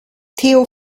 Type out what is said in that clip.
theo